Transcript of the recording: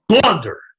blunder